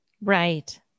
Right